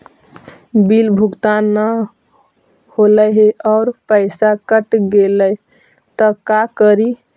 Bill भुगतान न हौले हे और पैसा कट गेलै त का करि?